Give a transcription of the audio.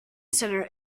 center